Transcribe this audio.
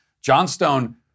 Johnstone